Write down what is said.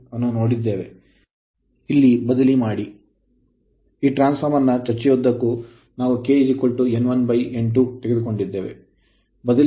ಇಲ್ಲಿ ಬದಲಿಮಾಡಿ ಈ ಟ್ರಾನ್ಸ್ ಫಾರ್ಮರ್ ಚರ್ಚೆಯುದ್ದಕ್ಕೂ ನಾವು K N1N2 ತೆಗೆದುಕೊಂಡಿದ್ದೇವೆ